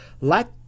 let